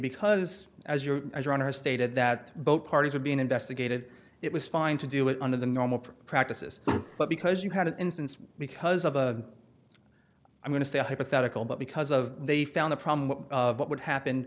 because as your as your honor stated that both parties were being investigated it was fine to do it under the normal practices but because you had an instance because of a i'm going to say a hypothetical but because of they found the problem of what would happen